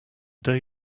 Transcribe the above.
day